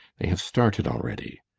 they have started already.